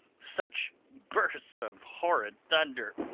such bursts of horrid thunder,